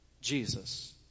Jesus